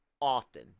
often